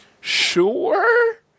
Sure